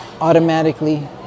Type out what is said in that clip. automatically